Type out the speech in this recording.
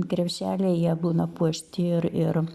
krepšeliai jie būna puošti ir ir